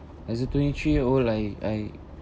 as a twenty three year old I I